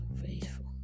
faithful